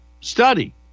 study